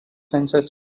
censorship